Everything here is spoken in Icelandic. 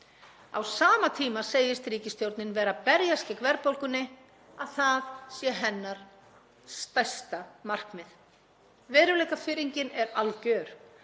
Á sama tíma segist ríkisstjórnin vera að berjast gegn verðbólgunni, að það sé hennar stærsta markmið. Veruleikafirringin er algjör.